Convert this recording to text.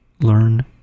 learn